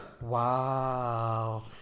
wow